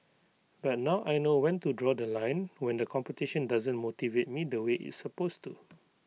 but now I know when to draw The Line when the competition doesn't motivate me the way it's supposed to